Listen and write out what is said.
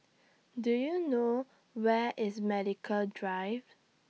Do YOU know Where IS Medical Drive